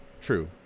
True